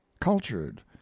cultured